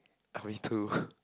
me too